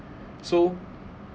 so